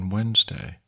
Wednesday